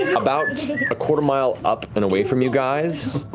about a quarter mile up and away from you guys,